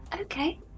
Okay